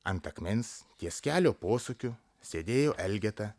ant akmens ties kelio posūkiu sėdėjo elgeta